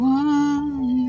one